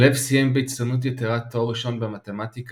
שלו סיים בהצטיינות יתרה תואר ראשון במתמטיקה